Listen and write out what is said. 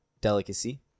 delicacy